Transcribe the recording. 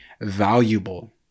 valuable